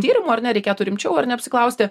tyrimu ar ne reikėtų rimčiau ar ne apsiklausti